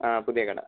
ആ പുതിയ കട